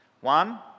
One